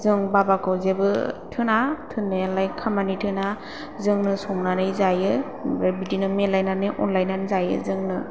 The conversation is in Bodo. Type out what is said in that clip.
जों बाबाखौ जेबो थोना थोननायालाय खामानि थोना जोंनो संनानै जायो ओमफ्राय बिदिनो मिलायनानै अनलायनानै जायो जोंनो